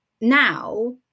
now